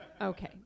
Okay